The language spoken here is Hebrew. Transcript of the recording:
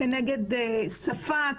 כנגד שפה,